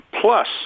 plus